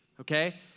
okay